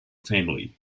family